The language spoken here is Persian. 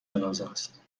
جنازهست